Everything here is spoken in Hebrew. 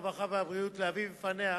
הרווחה והבריאות להביא בפניה